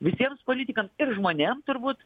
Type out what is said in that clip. visiems politikams ir žmonėm turbūt